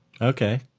Okay